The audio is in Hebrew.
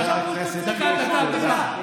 אלה שאמרו שאתה צריך לעוף מהמדינה,